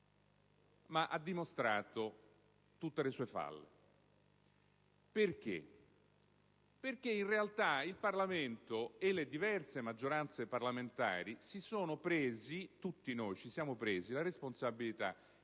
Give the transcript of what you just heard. ma ha dimostrato tutte le sue falle. Infatti, in realtà il Parlamento e le diverse maggioranze parlamentari, tutti noi, ci siamo presi la responsabilità